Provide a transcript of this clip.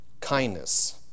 kindness